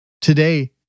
Today